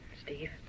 Steve